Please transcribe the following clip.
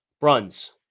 Bruns